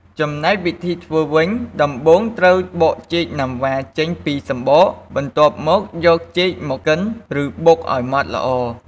ចំណែកវិធីធ្វើវិញ ដំបូងត្រូវបកចេកណាំវ៉ាចេញពីសំបក បន្ទាប់មកយកចេកមកកិន ឬបុកឱ្យម៉ដ្ឋល្អ។